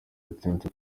batatu